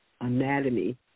anatomy